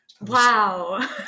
Wow